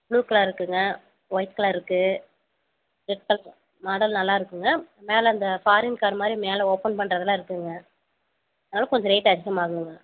blue colour இருக்குங்க white colour இருக்கு red colour model நல்லாருக்குங்க மேலே இந்த ஃபாரீன் கார் மாதிரி மேலே ஓபன் பண்ணுறதெல்லாம் இருக்குங்க அதனால் கொஞ்சம் ரேட்டு அதிகமாகுங்க